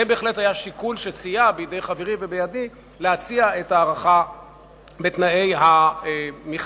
זה בהחלט היה שיקול שסייע בידי חברי ובידי להציע את ההארכה בתנאי המכרז.